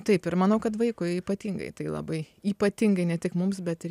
taip ir manau kad vaikui ypatingai tai labai ypatingai ne tik mums bet ir